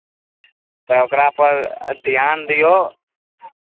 तऽ ओकरापर ध्यान दियौ